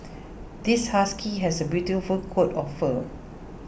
this husky has a beautiful coat of fur